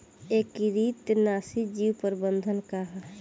एकीकृत नाशी जीव प्रबंधन का ह?